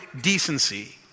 decency